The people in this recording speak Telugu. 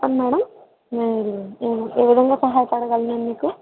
చెప్పండి మేడమ్ మీరు ఏ ఏ విధంగా సహాయపడగలను నేను మీకు